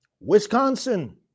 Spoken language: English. Wisconsin